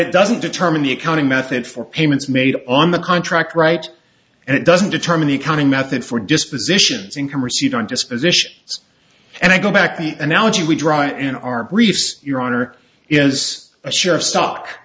it doesn't determine the accounting method for payments made on the contract right and it doesn't determine the accounting method for dispositions income received on dispositions and i go back to the analogy we dry in our briefs your honor is a share of stock